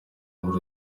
muri